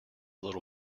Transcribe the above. little